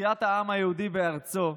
תחיית העם היהודי בארצו,